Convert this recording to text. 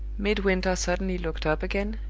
midwinter suddenly looked up again,